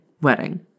wedding